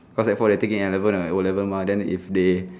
cause sec four they taking N level and O level mah then if they